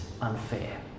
unfair